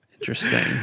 Interesting